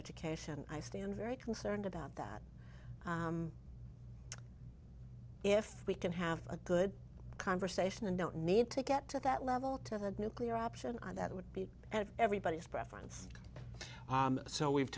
education i stand very concerned about that if we can have a good conversation and don't need to get to that level to the nuclear option that would be at everybody's preference so we've